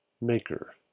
Maker